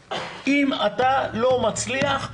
אם אתה לא מצליח,